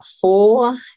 four